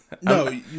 No